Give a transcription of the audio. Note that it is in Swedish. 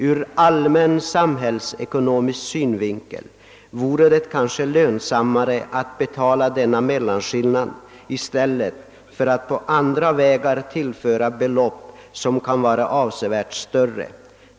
Ur allmän samhällsekonomisk synvinkel vore det kanske lönsammare att betala denna mellanskillnad i stället för att på andra vägar tillföra belopp, som kan vara avs sevärt större.